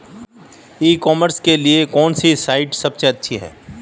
E commerce के लिए कौनसी साइट सबसे अच्छी है?